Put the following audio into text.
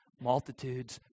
Multitudes